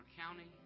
county